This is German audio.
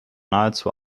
nahezu